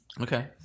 Okay